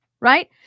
Right